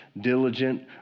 diligent